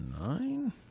nine